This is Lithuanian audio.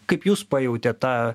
kaip jūs pajautėt tą